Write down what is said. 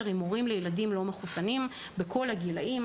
עם הורים לילדים לא מחוסנים בכל הגילים,